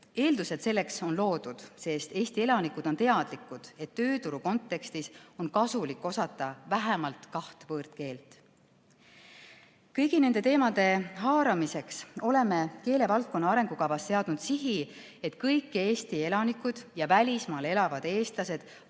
Eeldused selleks on loodud, sest Eesti elanikud on teadlikud, et tööturu kontekstis on kasulik osata vähemalt kahte võõrkeelt. Kõigi nende teemade haaramiseks oleme keelevaldkonna arengukavas seadnud sihi, et kõik Eesti elanikud ja välismaal elavad eestlased